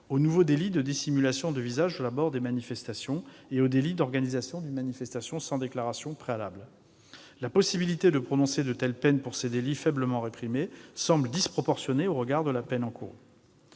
au nouveau délit de dissimulation du visage aux abords d'une manifestation, ainsi qu'au délit d'organisation d'une manifestation sans déclaration préalable. Or la possibilité de prononcer de telles peines pour ces délits faiblement réprimés semble disproportionnée au regard de la peine encourue.